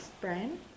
Brian